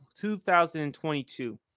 2022